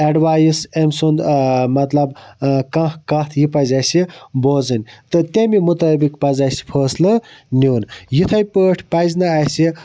advice أمۍ سُنٛد مَطلَب کانٛہہ کتھ یہِ پَزِ اَسہِ بوزٕنۍ تہٕ تمہِ مُطٲبِق پَزِ اَسہِ فٲصلہٕ نِیُن یِتھے پٲٹھۍ پَزِ نہٕ اَسہِ